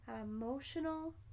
Emotional